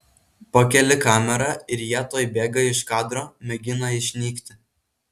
pakeli kamerą ir jie tuoj bėga iš kadro mėgina išnykti